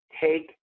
take